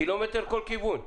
קילומטר כל כיוון?